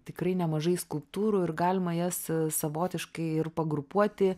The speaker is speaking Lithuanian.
tikrai nemažai skulptūrų ir galima jas savotiškai ir pagrupuoti